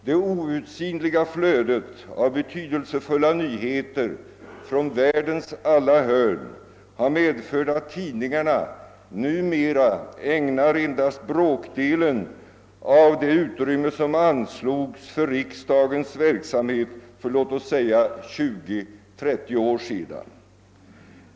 Det outsinliga flödet av betydelsefulla nyheter från alla världens hörn har medfört att tidningarna numera ägnar riksdagens verksamhet bara en bråkdel av det utrymme som anslogs för låt oss säga 20—30 år sedan.